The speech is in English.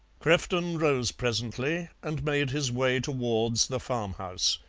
crefton rose presently and made his way towards the farm-house.